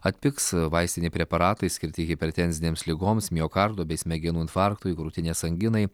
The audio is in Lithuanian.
atpigs vaistiniai preparatai skirti hipertenzinėms ligoms miokardo bei smegenų infarktui krūtinės anginai